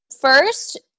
first